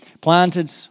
planted